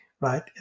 right